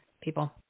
people